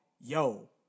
yo